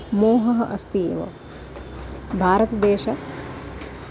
मोहः अस्ति एव भारतदेशः